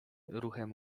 ruchem